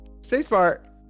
Spacebar